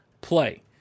play